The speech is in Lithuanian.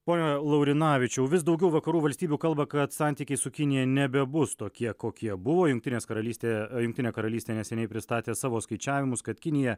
pone laurinavičiau vis daugiau vakarų valstybių kalba kad santykiai su kinija nebebus tokie kokie buvo jungtinės karalystė jungtinė karalystė neseniai pristatė savo skaičiavimus kad kinija